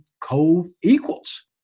co-equals